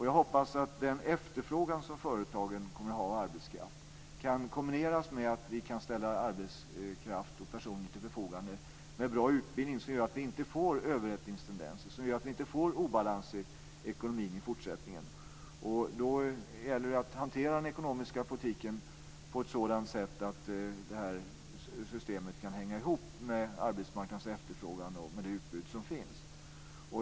Jag hoppas att den efterfrågan på arbetskraft som företagen kommer att ha kan kombineras med att vi kan ställa arbetskraft, personer, till förfogande med bra utbildning så att vi inte får överhettningstendenser och obalanser i ekonomin i fortsättningen. Då gäller det att hantera den ekonomiska politiken på ett sådant sätt att det här systemet kan hänga ihop med arbetsmarknadens efterfrågan och med det utbud som finns.